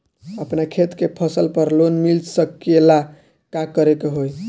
अपना खेत के फसल पर लोन मिल सकीएला का करे के होई?